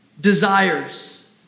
desires